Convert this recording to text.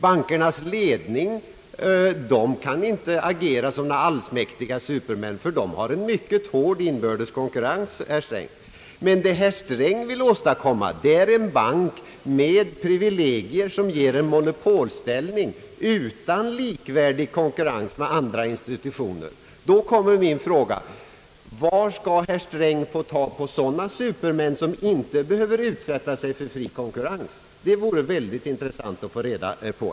Bankernas ledningar kan inte agera som allsmäktiga supermän, ty de har en mycket hård inbördes konkurrens. Vad herr Sträng vill åstadkomma är emellertid en bank med privilegier, som ger monopolställning utan likvärdig konkurrens med andra institutioner. Var skall herr Sträng få tag på sådana supermän som inte behöver utsätta sig för fri konkurrens? Det vore intressant att få reda på.